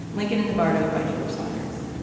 lincoln in the barrio by george saunders